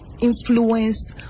influence